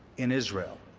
in israel.